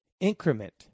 Increment